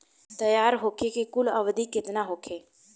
तैयार होखे के कुल अवधि केतना होखे?